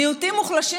מיעוטים מוחלשים,